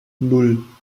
nan